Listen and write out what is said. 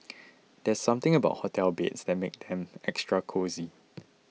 there's something about hotel beds that makes them extra cosy